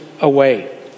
away